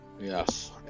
Yes